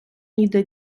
ніде